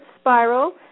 spiral